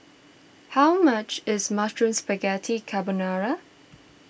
how much is Mushroom Spaghetti Carbonara